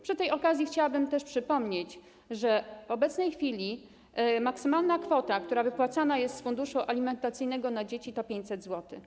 Przy tej okazji chciałbym też przypomnieć, że w obecnej chwili maksymalna kwota, która wypłacana jest z funduszu alimentacyjnego na dzieci, to 500 zł.